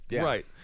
Right